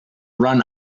run